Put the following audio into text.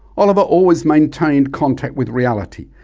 oliver always maintained contact with reality,